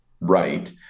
right